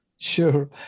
Sure